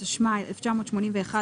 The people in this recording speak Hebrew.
התשמ"א-1981,